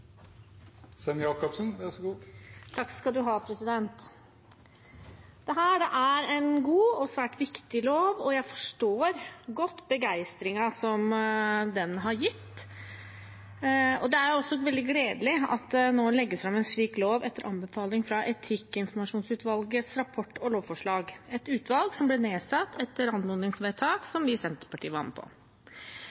svært viktig lov, og jeg forstår godt begeistringen den har gitt. Det er også veldig gledelig at det nå legges fram en slik lov etter anbefalingen fra etikkinformasjonsutvalgets rapport og lovforslag, et utvalg som ble nedsatt etter anmodningsvedtak